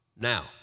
Now